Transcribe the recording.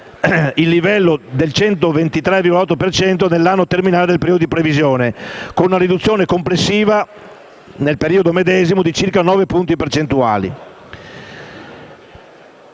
il livello del 123,8 per cento nell'anno terminale del periodo di previsione, con una riduzione complessiva nel periodo medesimo di circa 9 punti percentuali.